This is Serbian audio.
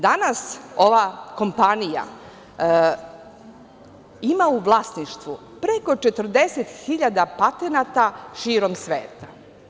Danas ova kompanija ima u vlasništvu preko 40 hiljada patenata širom sveta.